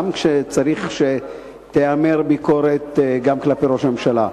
גם כשצריך שתיאמר ביקורת כלפי ראש הממשלה.